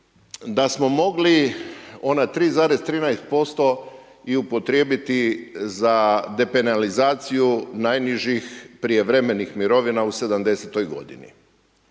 da smo mogli ona 3,13% i upotrijebiti za depenalizaciju najnižih prijevremenih mirovina u 70.-toj godini.